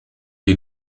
die